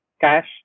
cash